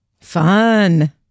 Fun